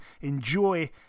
Enjoy